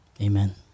amen